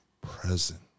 present